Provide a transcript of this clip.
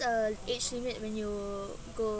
the age limit when you go